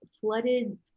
flooded